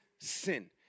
sin